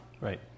Right